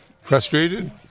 Frustrated